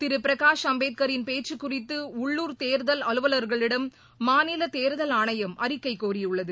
திரு பிரகாஷ் அம்பேத்கரின் பேச்சு குறித்து உள்ளூர் தேர்தல் அலுவலர்களிடம் மாநில தேர்தல் ஆணையம் அறிக்கை கோரியுள்ளது